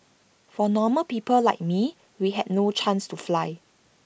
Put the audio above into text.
for normal people like me we had no chance to fly